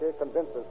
convinces